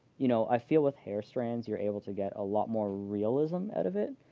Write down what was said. you know, i feel with hair strands, you're able to get a lot more realism out of it.